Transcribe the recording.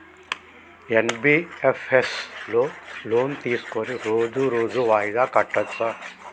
NBFS లో loan తీస్కొని రోజు రోజు వాయిదా కట్టచ్ఛా?